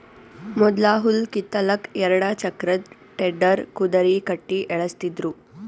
ಮೊದ್ಲ ಹುಲ್ಲ್ ಕಿತ್ತಲಕ್ಕ್ ಎರಡ ಚಕ್ರದ್ ಟೆಡ್ಡರ್ ಕುದರಿ ಕಟ್ಟಿ ಎಳಸ್ತಿದ್ರು